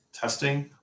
testing